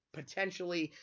potentially